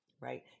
right